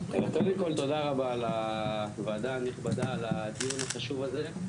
אז קודם כל תודה רבה על הוועדה הנכבדה על הדיון החשוב הזה.